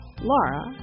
Laura